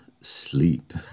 sleep